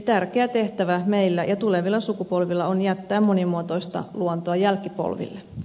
tärkeä tehtävä meillä ja tulevilla sukupolvilla on jättää monimuotoista luontoa jälkipolville